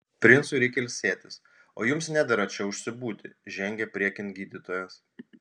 princui reikia ilsėtis o jums nedera čia užsibūti žengė priekin gydytojas